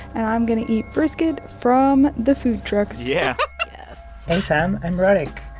and i'm going to eat brisket from the food trucks yeah yes hey, sam. i'm rorick.